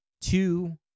two